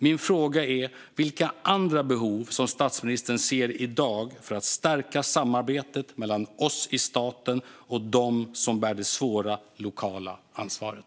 Min fråga är: Vilka andra behov ser statsministern i dag när det gäller att stärka samarbetet mellan oss i staten och de som bär det svåra lokala ansvaret?